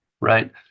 right